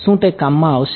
શું તે કામમાં આવશે